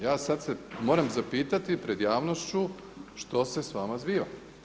Ja sad se moram zapitati pred javnošću što se sa vama zbiva?